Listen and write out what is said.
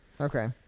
okay